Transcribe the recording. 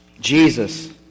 Jesus